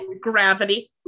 gravity